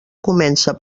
comença